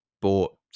bought